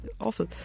awful